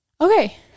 okay